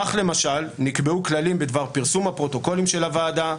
כך למשל נקבעו כללים בדבר פרסום הפרוטוקולים של הוועדה,